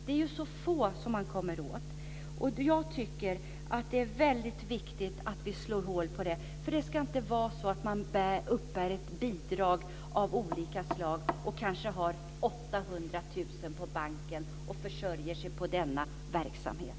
Det är så få man kommer åt. Jag tycker att det är väldigt viktigt att vi slår hål på det här. Man ska inte kunna uppbära bidrag av olika slag samtidigt som man kanske har 800 000 på banken och försörjer sig på denna verksamhet.